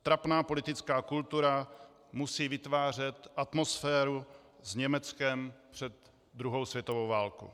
Trapná politická kultura musí vytvářet atmosféru s Německem před druhou světovou válkou.